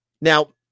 Now